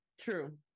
True